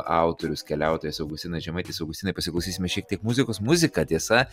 autorius keliautojas augustinas žemaitis augustinai pasiklausysime šiek tiek muzikos muzika tiesa